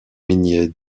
minier